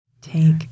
Take